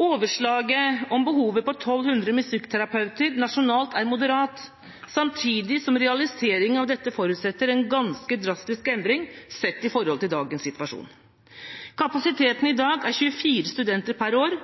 Overslaget om behovet for 1 200 musikkterapeuter nasjonalt er moderat, samtidig som realisering av dette forutsetter en ganske drastisk endring sett i forhold til dagens situasjon. Kapasiteten i dag er 24 studenter per år,